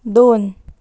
दोन